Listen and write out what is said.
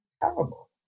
terrible